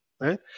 right